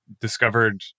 discovered